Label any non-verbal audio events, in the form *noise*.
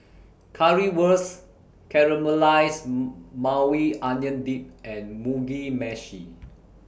Currywurst Caramelized *noise* Maui Onion Dip and Mugi Meshi